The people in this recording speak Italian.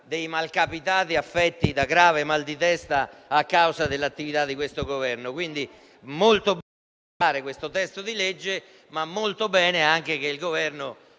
dei malcapitati affetti da grave mal di testa a causa dell'attività di questo Governo. Va molto bene quindi votare questo testo di legge, ma sarebbe molto bene anche che il Governo